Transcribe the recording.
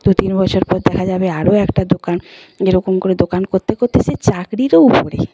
দু তিন বছর পর দেখা যাবে আরও একটা দোকান এরকম করে দোকান করতে করতে সে চাকরিরও উপরে